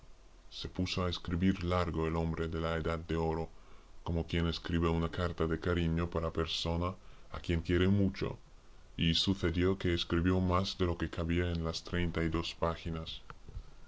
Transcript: se puso a escribir largo el hombre de la edad de oro como quien escribe una carta de cariño para persona a quien quiere mucho y sucedió que escribió más de lo que cabía en las treinta y dos páginas